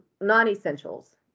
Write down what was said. non-essentials